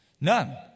None